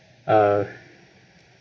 uh